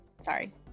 Sorry